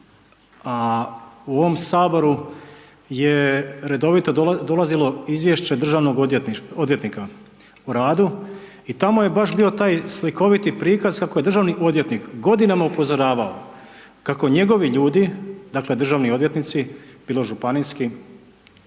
u ovom saboru je redovito dolazilo izvješće državnog odvjetnika o radu i tamo je baš bio taj slikoviti prikaz kako je državni odvjetnik godinama upozoravao kako njegovi ljudi, dakle državni odvjetnici, bilo županijski na nižim